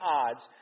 odds